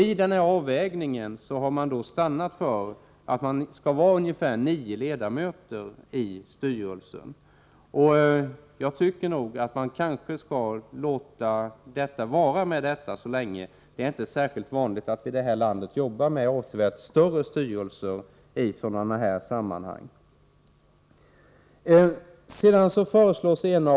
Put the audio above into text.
I den avvägningen har man stannat för att det skall vara ungefär nio ledamöter i styrelsen, och jag tycker att vi kan låta det vara med detta — det är inte särskilt vanligt i det här landet att jobba med avsevärt större styrelser 'i liknande sammanhang.